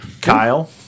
Kyle